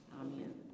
Amen